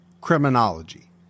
Criminology